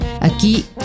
Aquí